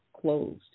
closed